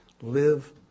Live